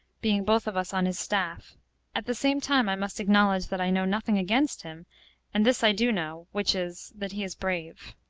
being both of us on his staff at the same time, i must acknowledge that i know nothing against him and this i do know, which is, that he is brave.